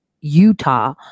Utah